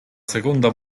seconda